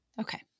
Okay